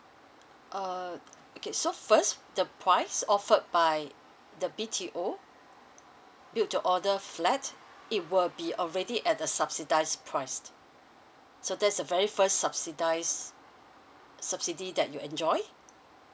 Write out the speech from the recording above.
uh okay so first the price offered by the B_T_O build to order flat it will be already at the subsidise price so that's a very first subsidise subsidy that you enjoy